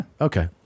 Okay